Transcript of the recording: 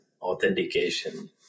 authentication